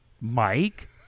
Mike